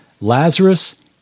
Lazarus